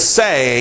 say